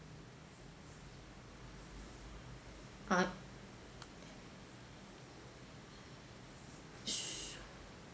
ah